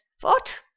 What